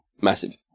Massive